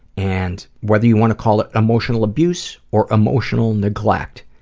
and whether you want to call it emotional abuse or emotional neglect,